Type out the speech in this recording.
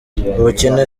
ubukene